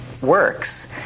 works